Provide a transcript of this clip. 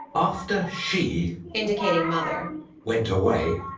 after she indicating mother went away,